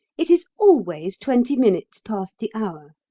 it is always twenty minutes past the hour.